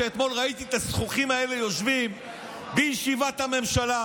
כשאתמול ראיתי את הזחוחים האלה יושבים בישיבת הממשלה,